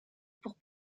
pour